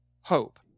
hope